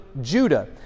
Judah